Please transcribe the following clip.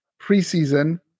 preseason